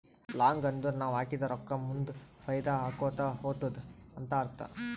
long ಅಂದುರ್ ನಾವ್ ಹಾಕಿದ ರೊಕ್ಕಾ ಮುಂದ್ ಫೈದಾ ಆಕೋತಾ ಹೊತ್ತುದ ಅಂತ್ ಅರ್ಥ